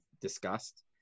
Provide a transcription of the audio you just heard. discussed